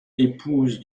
épouse